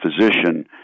physician